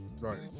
Right